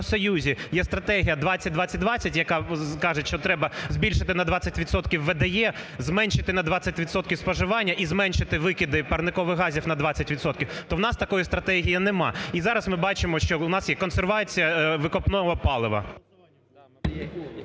є стратегія "20/20/20", яка каже, що треба збільшити на 20 відсотків ВДЕ, зменшити на 20 відсотків споживання і зменшити викиди парникових газів на 20 відсотків, то у нас такої стратегії нема. І зараз ми бачимо, що у нас є консервація викопного палива.